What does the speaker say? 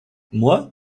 moi